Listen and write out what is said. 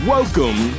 Welcome